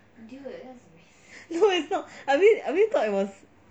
no it's not I really really thought it was